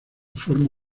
forma